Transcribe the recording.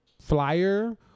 flyer